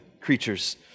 creatures